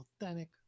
authentic